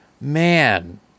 man